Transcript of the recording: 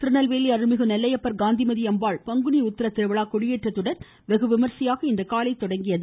கோவில் திருநெல்வேலி அருள்மிகு நெல்லையப்பர் காந்திமதி அம்பாள் பங்குனி உத்திர திருவிழா கொடியேற்றத்துடன் வெகுவிமரிசையாக இன்று காலை துவங்கியது